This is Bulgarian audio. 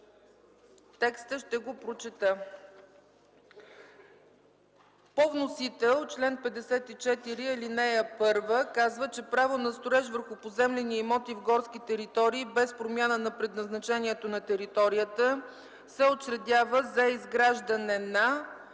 Ще прочета текста. По вносител чл. 54, ал. 1 казва: „Право на строеж върху поземлени имоти в горски територии без промяна на предназначението на територията се учредява за изграждане на: